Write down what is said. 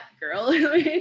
girl